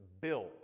built